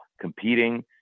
competing